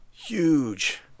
Huge